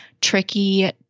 tricky